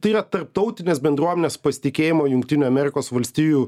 tai yra tarptautinės bendruomenės pasitikėjimo jungtinių amerikos valstijų